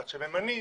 עד שהם ממנים,